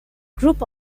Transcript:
group